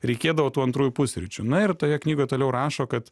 reikėdavo tų antrųjų pusryčių na ir toje knygoj toliau rašo kad